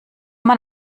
man